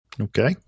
Okay